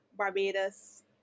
Barbados